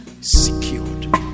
Secured